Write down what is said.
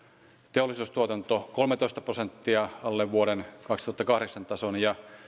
teollisuustuotanto kolmetoista prosenttia alle vuoden kaksituhattakahdeksan tason ja